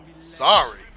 Sorry